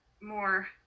more